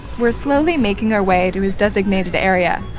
we're slowly making our way to his designated area,